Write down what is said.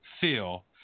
feel